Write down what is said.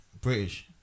British